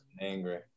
angry